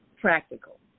practical